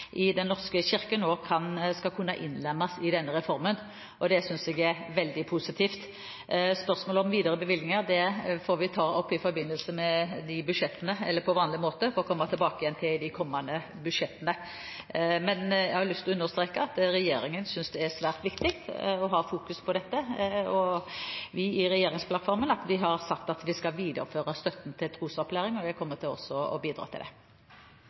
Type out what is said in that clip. i Den norske kirke nå skal kunne innlemmes i denne reformen. Det synes jeg er veldig positivt. Spørsmålet om videre bevilgninger får vi ta opp på vanlig måte og komme tilbake til i forbindelse med de kommende budsjett. Jeg har lyst til å understreke at regjeringen synes det er svært viktig å fokusere på dette. I regjeringsplattformen har vi sagt at vi skal videreføre støtten til trosopplæring. Jeg kommer også til å bidra til det.